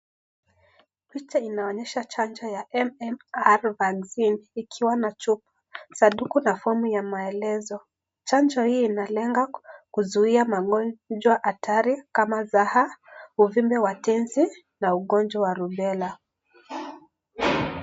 Picha inaonyesha chanjo ya MMR vaccine ikiwa na chupa, sanduku na fomu ya maelezo. Chanjo hii inaelenga kuzuia magonjwa hatari kama zaha, uvimbe wa tenzi na ugonjwa wa rublela.